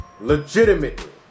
Legitimately